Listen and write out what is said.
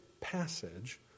passage